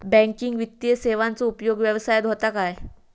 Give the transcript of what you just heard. Banking वित्तीय सेवाचो उपयोग व्यवसायात होता काय?